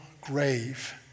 grave